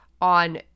on